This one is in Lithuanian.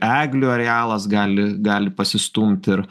eglių arealas gali gali pasistumt ir